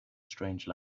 strange